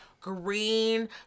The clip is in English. green